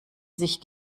sich